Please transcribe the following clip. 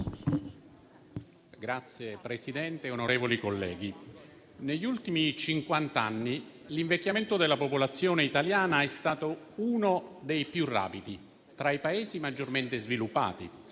Signor Presidente, onorevoli colleghi, negli ultimi cinquant'anni l'invecchiamento della popolazione italiana è stato uno dei più rapidi tra i Paesi maggiormente sviluppati